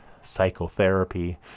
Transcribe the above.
psychotherapy